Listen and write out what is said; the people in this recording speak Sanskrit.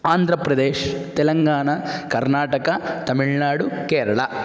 आन्द्रप्रदेशः तेलङ्गान कर्नाटक तमिळ्नाडु केरळ